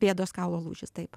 pėdos kaulo lūžis taip